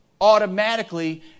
automatically